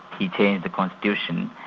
he changed the constitution.